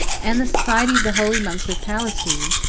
and the society of the holy monks of palestine,